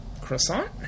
Croissant